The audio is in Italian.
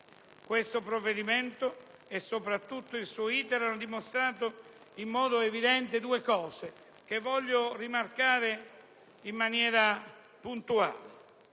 Questo provvedimento e soprattutto il suo *iter* hanno dimostrato in modo evidente due elementi che voglio rimarcare in maniera puntuale: